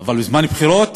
אבל בזמן בחירות